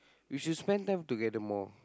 you should spend time together more